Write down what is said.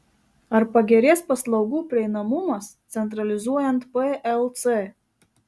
ar pagerės paslaugų prieinamumas centralizuojant plc